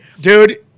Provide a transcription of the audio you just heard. Dude